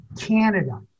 Canada